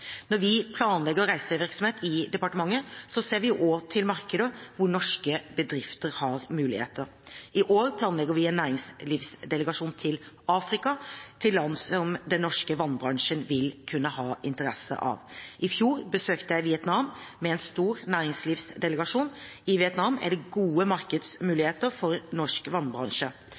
Når vi planlegger reisevirksomhet i departementet, ser vi også til markeder der norske bedrifter har muligheter. I år planlegger vi en næringslivsdelegasjon til Afrika, til land som den norske vannbransjen vil kunne ha interesse av. I fjor besøkte jeg Vietnam med en stor næringslivsdelegasjon. I Vietnam er det gode